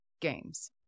games